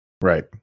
Right